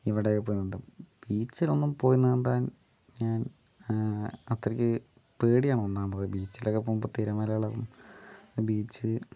ഇവിടെയൊക്കെ പോയി നീന്തും ബീച്ചിലൊന്നും പോയി നീന്താൻ ഞാൻ അത്രക്ക് പേടിയാണൊന്നാമത് ബീച്ചിലൊക്കെ പോകുമ്പോൾ തിരമാലകള് ബീച്ച്